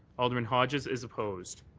alderman hodges is opposed.